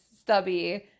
stubby